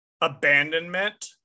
abandonment